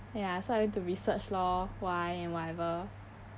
ya so I went to research lor why and whatever